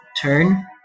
turn